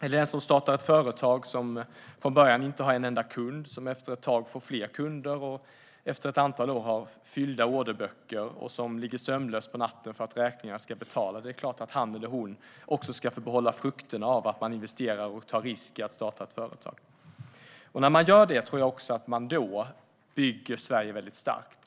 Eller den som startar ett företag och från början inte har en enda kund men som efter ett tag får kunder och efter ett antal år har fyllda orderböcker och ligger sömnlös på natten för att räkningarna ska betalas - det är klart att han eller hon ska få skörda frukterna av att man investerar och tar den risk som det innebär att starta ett företag. När man gör det tror jag att man bygger Sverige starkt.